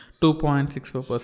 2.64%